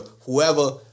Whoever